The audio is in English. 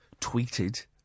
tweeted